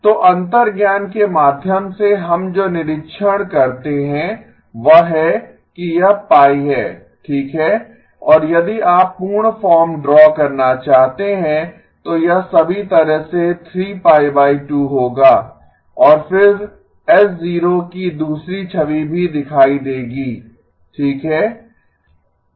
तो अंतर्ज्ञान के माध्यम से हम जो निरीक्षण करते हैं वह है कि यह π है ठीक है और यदि आप पूर्ण फॉर्म ड्रा करना चाहते हैं तो यह सभी तरह से होगा और फिर H0 की दूसरी छवि भी दिखाई देगी ठीक है